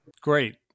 Great